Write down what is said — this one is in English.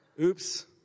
Oops